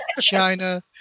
China